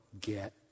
get